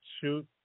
shoot